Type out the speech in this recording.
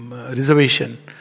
reservation